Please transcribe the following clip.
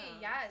yes